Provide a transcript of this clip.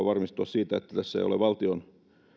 varmistua siitä että tässä ei ole valtion